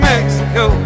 Mexico